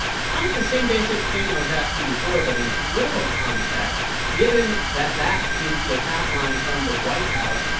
kind of the same basic thing i was asking before but in a political context given that that is the attack line from the white house,